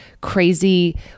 crazy